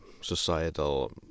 societal